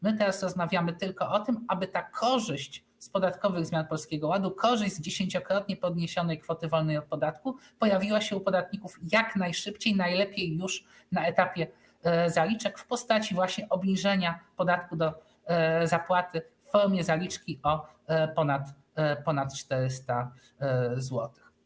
My teraz rozmawiamy tylko o tym, aby ta korzyść z podatkowych zmian Polskiego Ładu, korzyść z dziesięciokrotnie podniesionej kwoty wolnej od podatku, pojawiła się u podatników jak najszybciej, najlepiej już na etapie zaliczek, w postaci właśnie obniżenia podatku do zapłaty w formie zaliczki o ponad 400 zł.